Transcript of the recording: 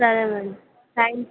సరే madam thank you